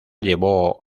llevó